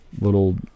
Little